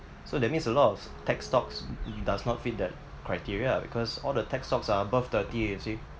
so that means a lot of tech stocks does not fit that criteria ah because all the tech stocks are above thirty you see